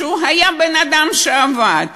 שהוא היה בן-אדם שעבד,